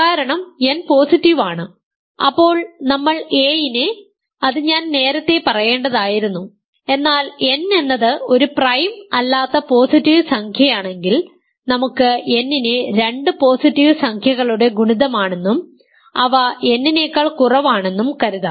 കാരണം n positive ആണ് അപ്പോൾ നമ്മൾ a നെ അത് ഞാൻ നേരത്തെ പറയേണ്ടതായിരുന്നു എന്നാൽ n എന്നത് ഒരു പ്രൈം അല്ലാത്ത പോസിറ്റീവ് സംഖ്യയാണെങ്കിൽ നമുക്ക് n നെ രണ്ടു പോസിറ്റീവ് സംഖ്യകളുടെ ഗുണിതമാണെന്നും അവ n നെക്കാൾ കുറവാണെന്നും കരുതാം